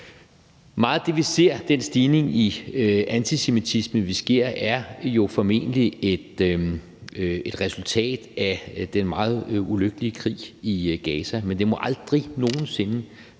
Meget af den stigning i antisemitisme, som vi ser ske, er jo formentlig et resultat af den meget ulykkelige krig i Gaza, men det må aldrig nogen sinde